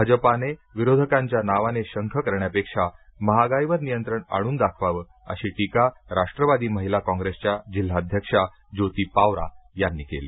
भाजपाने विरोधकांच्या नावाने शंख करण्यापेक्षा महागाईवर नियंत्रण आणून दाखवावं अशी टिका राष्ट्रवादी महिला काँग्रेसच्या जिल्हाध्यक्षा ज्योती पावरा यांनी केली